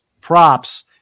props